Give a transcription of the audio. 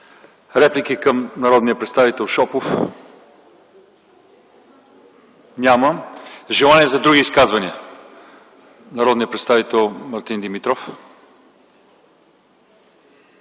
Реплики към народния представител Шопов? Няма. Желания за други изказвания? Народният представител Мартин Димитров